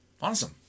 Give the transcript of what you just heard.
awesome